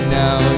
now